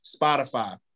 Spotify